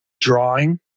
drawing